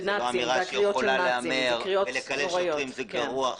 לקלל שוטרים זה גרוע.